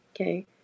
Okay